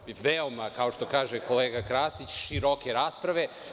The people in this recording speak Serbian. Dakle, veoma, kao što kaže kolega Krasić, široke rasprave.